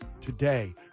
today